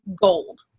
gold